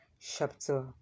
chapter